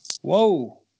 whoa